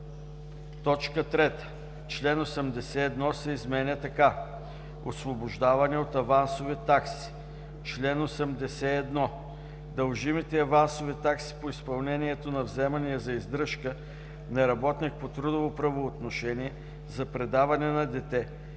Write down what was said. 1, т. 4.“ 3. Член 81 се изменя така: „Освобождаване от авансови такси Чл. 81. Дължимите авансови такси по изпълнението на вземания за издръжка, на работник по трудово правоотношение, за предаване на дете, както